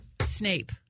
Snape